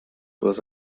was